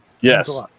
yes